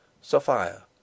Sophia